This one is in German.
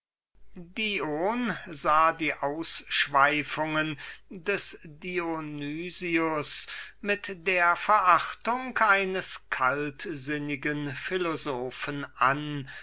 dion sah die ausschweifungen des dionys mit der verachtung eines kaltsinnigen philosophen an